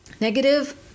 Negative